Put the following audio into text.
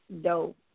dope